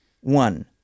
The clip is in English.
One